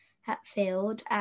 Hatfield